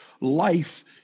Life